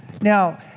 Now